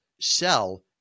sell